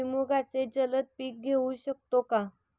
भुईमुगाचे जलद पीक घेऊ शकतो का?